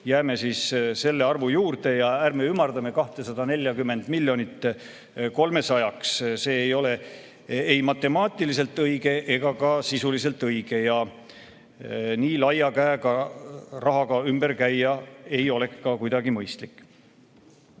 jääme selle arvu juurde ja ärme ümardame 240 miljonit 300 miljoniks. See ei ole ei matemaatiliselt ega ka sisuliselt õige. Nii laia käega rahaga ümber käia ei oleks ka kuidagi mõistlik.